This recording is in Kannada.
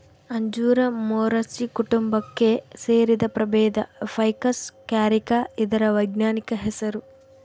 ಅಂಜೂರ ಮೊರಸಿ ಕುಟುಂಬಕ್ಕೆ ಸೇರಿದ ಪ್ರಭೇದ ಫೈಕಸ್ ಕ್ಯಾರಿಕ ಇದರ ವೈಜ್ಞಾನಿಕ ಹೆಸರು